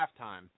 halftime